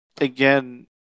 again